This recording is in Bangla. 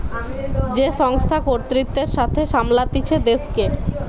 যে সংস্থা কর্তৃত্বের সাথে সামলাতিছে দেশকে